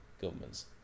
governments